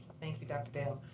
thank you, dr. dale.